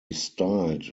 styled